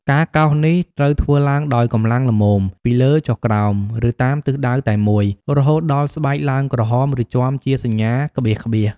ការកោសនេះត្រូវធ្វើឡើងដោយ កម្លាំងល្មម ពីលើចុះក្រោម ឬតាមទិសដៅតែមួយ រហូតដល់ស្បែកឡើងក្រហម ឬជាំជាសញ្ញាក្បៀសៗ។